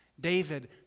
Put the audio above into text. David